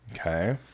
Okay